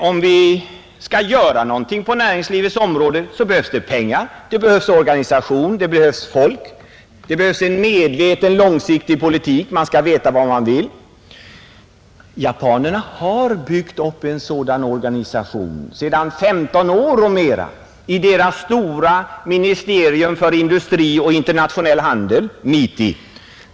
Om man skall göra någonting, så behövs det pengar, det behövs organisation, det behövs folk och det behövs en medveten långsiktig politik, Man skall veta vad man vill. Japanerna har byggt upp en sådan organisation sedan 15 år i sitt ministerium för industri och internationell handel, MITI.